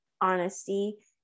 honesty